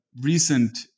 recent